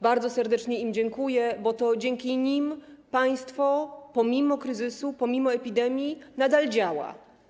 Bardzo serdecznie im dziękuję, bo to dzięki nim państwo pomimo kryzysu, pomimo epidemii nadal działa.